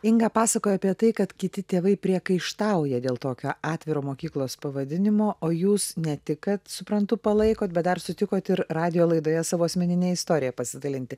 inga pasakojo apie tai kad kiti tėvai priekaištauja dėl tokio atviro mokyklos pavadinimo o jūs ne tik kad suprantu palaikot bet dar sutikot ir radijo laidoje savo asmenine istorija pasidalinti